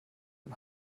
dem